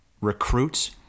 recruits